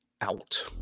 out